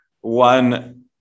One